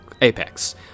apex